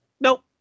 Nope